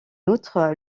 outre